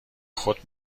خود